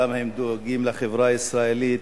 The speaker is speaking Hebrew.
כמה הם דואגים לחברה הישראלית,